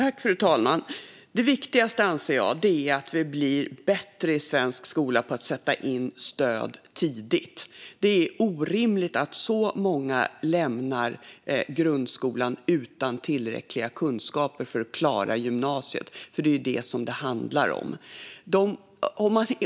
Fru talman! Det viktiga, anser jag, är att vi blir bättre i svensk skola på att sätta in stöd tidigt. Det är orimligt att så många lämnar grundskolan utan tillräckliga kunskaper för att klara gymnasiet. Det är det som det handlar om.